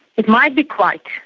it might be quiet.